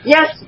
Yes